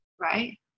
right